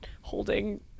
holding